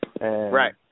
Right